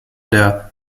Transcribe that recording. der